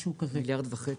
מיליארד וחצי.